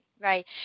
Right